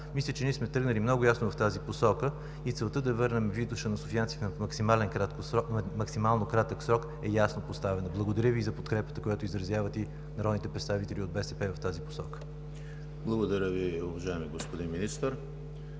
Благодаря Ви, уважаеми господин Министър.